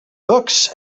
books